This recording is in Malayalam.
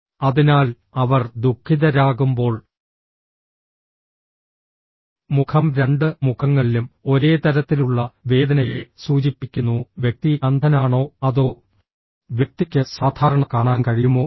അതിനാൽ അവർ ദുഃഖിതരാകുമ്പോൾ മുഖം രണ്ട് മുഖങ്ങളിലും ഒരേ തരത്തിലുള്ള വേദനയെ സൂചിപ്പിക്കുന്നു വ്യക്തി അന്ധനാണോ അതോ വ്യക്തിക്ക് സാധാരണ കാണാൻ കഴിയുമോ എന്ന്